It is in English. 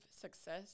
success